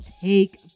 Take